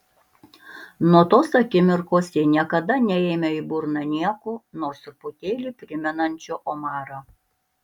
nuo tos akimirkos ji niekada neėmė į burną nieko nors truputėlį primenančio omarą